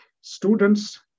students